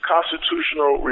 constitutional